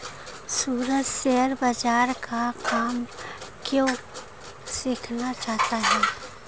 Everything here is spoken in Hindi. सूरज शेयर बाजार का काम क्यों सीखना चाहता है?